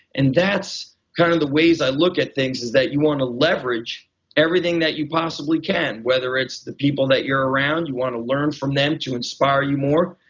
and that's kind of the ways i look at things is that you want to leverage everything that you possibly can, whether it's the people that you're around, you want to learn from them to inspire you more,